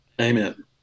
Amen